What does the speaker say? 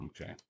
Okay